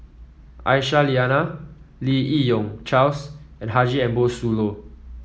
Aisyah Lyana Lim Yi Yong Charles and Haji Ambo Sooloh